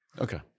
Okay